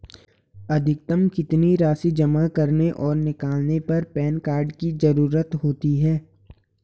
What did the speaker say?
अधिकतम कितनी राशि जमा करने और निकालने पर पैन कार्ड की ज़रूरत होती है?